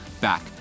back